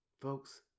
Folks